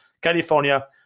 California